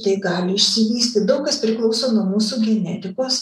tai gali išsivystyt daug kas priklauso nuo mūsų genetikos